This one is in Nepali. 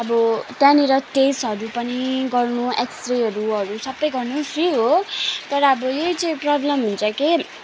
अब त्यहाँनिर टेस्टहरू पनि गर्नु एक्सरेहरू हरू गर्नु सबै फ्री हो तर अब यही चाहिँ प्रब्लम हुन्छ कि